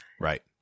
right